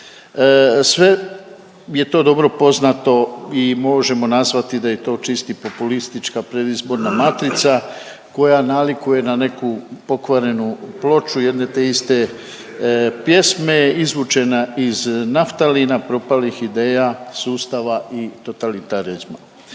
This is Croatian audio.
Sve je to dobro poznato i možemo nazvati da je to čista populistička predizborna matrica koja nalikuje na neku pokvarenu ploču jedne te iste pjesme, izvučena iz naftalina propalih ideja sustava i totalitarizma.